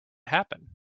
happen